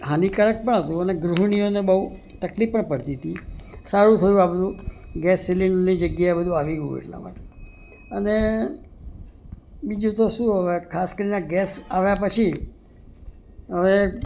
હાનિકારક પણ હતું અને ગૃહિણીઓને બહુ તકલીફ પણ પડતી હતી સારું થયું આ બધું ગેસ સિલિન્ડર એ જગ્યાએ આવી ગયું એટલા માટે અને બીજું તો શું અવે ખાસ કરીને ગેસ આવ્યા પછી હવે